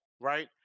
right